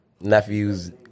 nephews